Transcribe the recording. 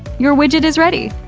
your widget is ready.